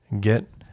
get